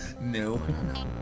No